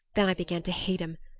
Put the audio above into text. then i began to hate him,